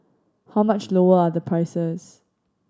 how much lower are the prices